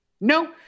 No